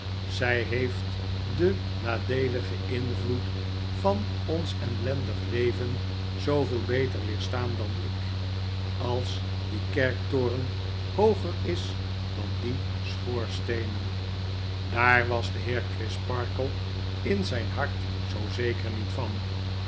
zij heeft den nadeeligen invloed van ons ellendig leven zooveel beter weerstaan dan ik als die kerktoren hooger is dandieschoorsteenen daar was de heer crisparkle in zijn hart zoo zeker niet van